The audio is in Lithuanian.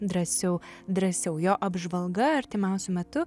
drąsiau drąsiau jo apžvalga artimiausiu metu